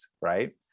right